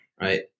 Right